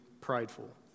prideful